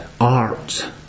art